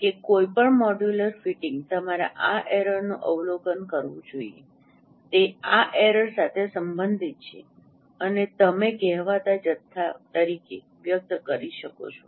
કે કોઈપણ module fitting તમારે આ એરરનું અવલોકન કરવું જોઈએ તે આ એરર સાથે સંબંધિત છે અને તમે કહેવાતા જથ્થા તરીકે વ્યક્ત કરી શકો છો